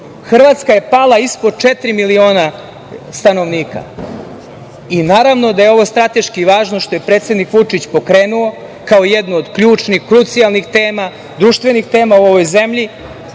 Hrvatska je pala ispod četiri miliona stanovnika i naravno da je ovo strateški važno što je predsednik Vučić pokrenu, kao jednu od ključnih, krucijalnih tema, društvenih tema u ovoj zemlji,